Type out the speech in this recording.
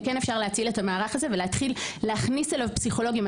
וכן אפשר להציל את המערך הזה ולהתחיל להכניס אליו פסיכולוגים.